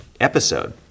episode